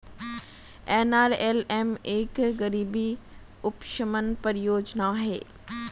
NRLM एक गरीबी उपशमन परियोजना है